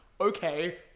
Okay